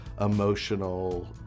emotional